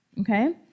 okay